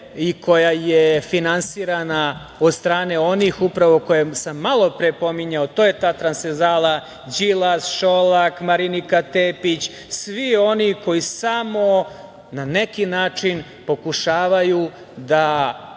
i koja je finansirana od strane onih upravo koje sam malo pre pominjao, to je ta transferzala Đilas, Šolak, Marinika Tepić, svi oni koji samo na neki način pokušavaju da